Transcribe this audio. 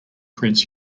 prince